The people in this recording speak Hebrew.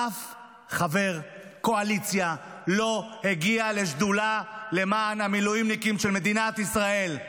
אף חבר קואליציה לא הגיע לשדולה למען המילואימניקים של מדינת ישראל.